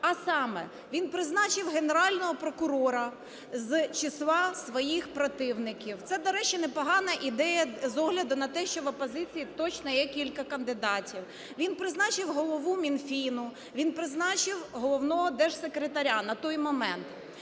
А саме він призначив Генерального прокурора з числа своїх противників. Це, до речі, непогана ідея з огляду на те, що в опозиції точно є кілька кандидатів. Він призначив голову Мінфіну, він призначив головного Держсекретаря на той момент.